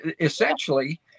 essentially